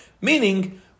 meaning